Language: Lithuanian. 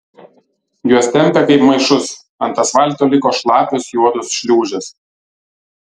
juos tempė kaip maišus ant asfalto liko šlapios juodos šliūžės